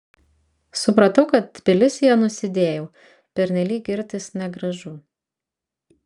supratau kad tbilisyje nusidėjau pernelyg girtis negražu